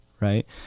right